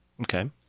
okay